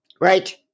Right